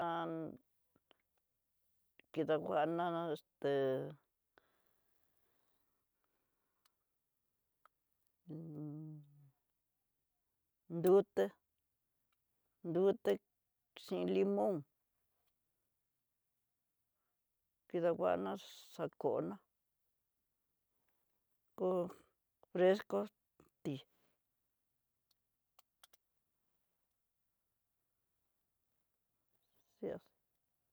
Han kidanguana esté nruté nruté chin limón kidanguana, xakona kó nrexko tí.